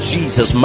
Jesus